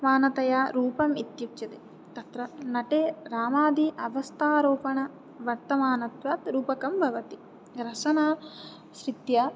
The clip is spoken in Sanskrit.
मानतया रूपम् इत्युच्यते तत्र नटे रामादि अवस्थारोपणवर्तमानत्वाद् रूपकं भवति रसानाश्रित्य